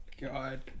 God